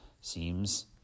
seems